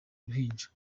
uruhinja